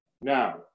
Now